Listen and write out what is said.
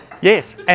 Yes